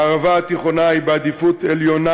הערבה התיכונה היא בעדיפות עליונה,